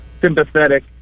sympathetic